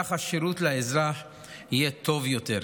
כך השירות לאזרח יהיה טוב יותר,